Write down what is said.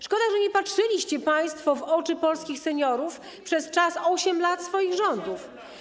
Szkoda, że nie patrzyliście państwo w oczy polskich seniorów przez 8 lat swoich rządów.